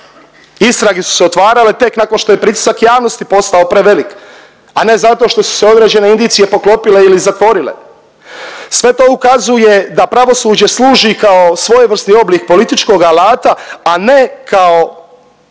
Istrage su se otvarale tek nakon to je pritisak javnosti postao prevelik, a ne zato što su se određene indicije poklopile ili zatvorile. Sve to ukazuje da pravosuđe služi kao svojevrsni oblik političkoga alata, a ne kao